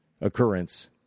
occurrence